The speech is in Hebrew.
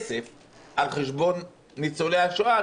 כסף על חשבון ניצולי השואה,